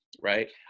right